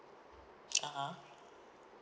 (uh huh)